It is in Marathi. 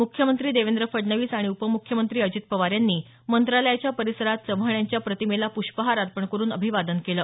मुख्यमंत्री देवेंद्र फडणवीस आणि उपमुख्यमंत्री अजित पवार यांनी मंत्रालयाच्या परिसरात चव्हाण यांच्या प्रतिमेला पृष्पहार अर्पण करून अभिवादन केलं